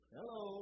Hello